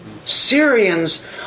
Syrians